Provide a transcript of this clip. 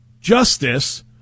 Justice